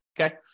okay